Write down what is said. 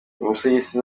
musigiti